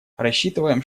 рассчитываем